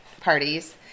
parties